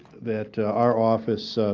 that our office